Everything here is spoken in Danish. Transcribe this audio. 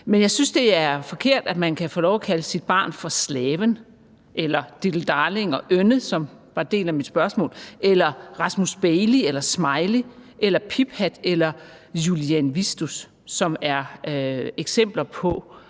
men jeg synes, det er forkert, at man kan få lov at kalde sit barn for Slaven eller Diddedarling eller Ønne, som var en del af mit spørgsmål, eller Rasmusbailey eller Smiley eller Piphat eller Julianvitus, som er eksempler på